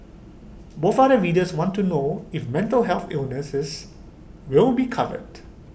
but other readers want to know if mental health illnesses will be covered